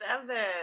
seven